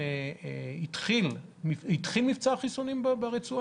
כבר התחיל מבצע החיסונים ביהודה ושומרון?